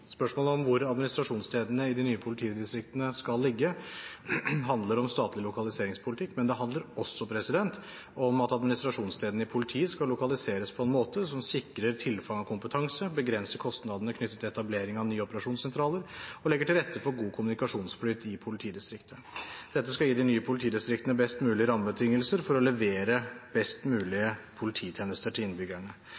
Spørsmålet om hvor administrasjonsstedene i de nye politidistriktene skal ligge, handler om statlig lokaliseringspolitikk, men det handler også om at administrasjonsstedene i politiet skal lokaliseres på en måte som sikrer tilfang av kompetanse, begrenser kostnadene knyttet til etablering av nye operasjonssentraler og legger til rette for god kommunikasjonsflyt i politidistriktet. Dette skal gi de nye politidistriktene best mulige rammebetingelser for å levere best mulige polititjenester til innbyggerne.